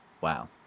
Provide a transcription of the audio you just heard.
wow